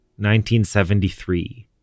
1973